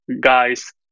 guys